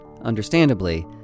understandably